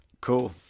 Cool